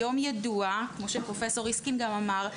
כמו שפרופ' ריסקין גם אמר,